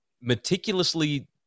meticulously